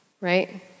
Right